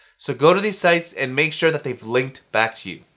so go to these sites and make sure that they've linked back to you.